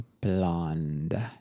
blonde